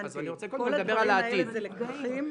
כל הדברים האלה הם לקחים?